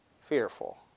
fearful